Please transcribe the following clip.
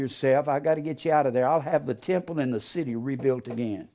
yourself i've got to get you out of there i'll have the temple in the city rebuilt again